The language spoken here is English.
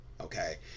Okay